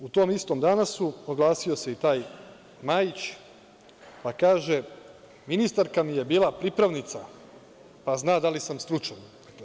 U tom istom „Danasu“ oglasio se i taj Majić, pa kaže - ministarka mi je bila pripravnica, pa zna da li sam stručan.